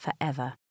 forever